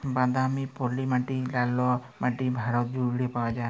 বাদামি, পলি মাটি, ললা মাটি ভারত জুইড়ে পাউয়া যায়